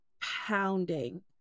pounding